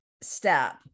step